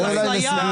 על אפליה.